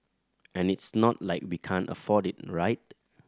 and it's not like we can't afford it right